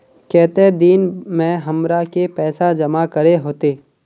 केते दिन में हमरा के पैसा जमा करे होते?